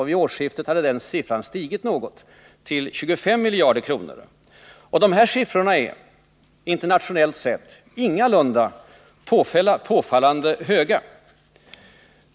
Vid årsskiftet hade den siffran stigit något, till 25 miljarder kronor. Siffrorna är internationellt sett ingalunda påfallande höga.